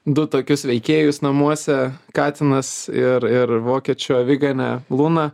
du tokius veikėjus namuose katinas ir ir vokiečių aviganė luna